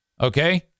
Okay